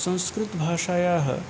संस्कृतभाषायाः